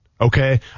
okay